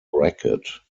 bracket